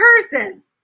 person